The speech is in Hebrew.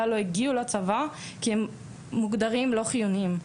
לא הגיעו לצבא כי הם מוגדרים לא חיוניים.